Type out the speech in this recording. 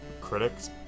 critics